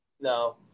No